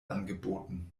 angeboten